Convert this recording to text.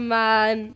man